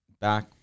back